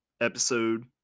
episode